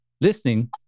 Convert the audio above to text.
listening